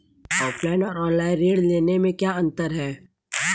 Offline और online ऋण लेने में क्या अंतर है?